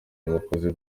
abakozi